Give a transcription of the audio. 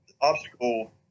obstacle